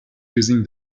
using